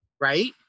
right